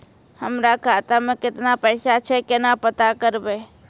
हमरा खाता मे केतना पैसा छै, केना पता करबै?